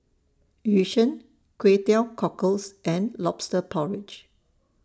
Yu Sheng Kway Teow Cockles and Lobster Porridge